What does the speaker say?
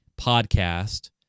podcast